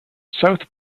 south